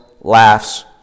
laughs